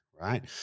right